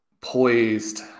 poised